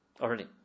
Already